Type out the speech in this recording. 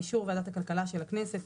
באישור ועדת הכלכלה של הכנסת,